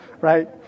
right